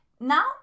Now